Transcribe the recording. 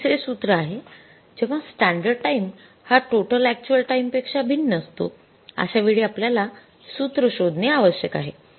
येथे तिसरे सूत्र आहे जेव्हा स्टॅंडर्ड टाइम हा टोटल अक्चुअल टाइम पेक्षा भिन्न असतो अश्या वेळी आपल्याला सूत्र शोधणे आवश्यक आहे